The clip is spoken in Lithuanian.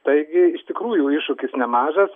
taigi iš tikrųjų iššūkis nemažas